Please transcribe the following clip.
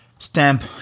Stamp